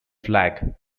flag